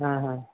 हाँ हाँ